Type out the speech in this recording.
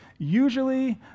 Usually